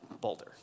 Boulder